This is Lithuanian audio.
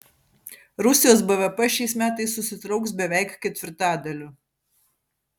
rusijos bvp šiais metais susitrauks beveik ketvirtadaliu